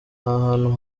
ahantu